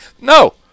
No